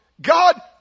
God